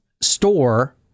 store